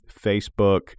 Facebook